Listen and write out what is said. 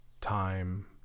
Time